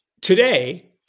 Today